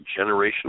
generational